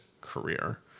career